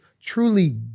truly